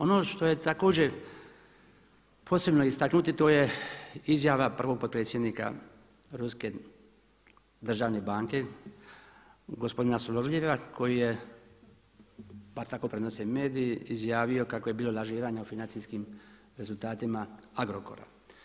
Ono što je također posebno istaknuti to je izjava prvog potpredsjednika ruske državne banke gospodina Solovjeva koji je, pa tako prenose mediji, izjavio kako je bilo lažiranja u financijskim rezultatima Agrokora.